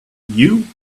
you